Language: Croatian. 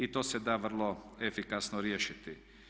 To se da vrlo efikasno riješiti.